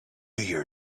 your